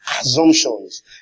Assumptions